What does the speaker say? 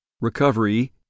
Recovery